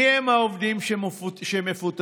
מיהם העובדים שמפוטרים?